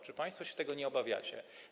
Czy państwo się tego nie obawiacie?